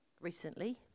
recently